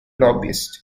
lobbyist